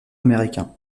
américain